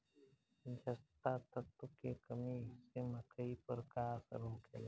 जस्ता तत्व के कमी से मकई पर का असर होखेला?